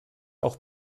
auch